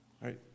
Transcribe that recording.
right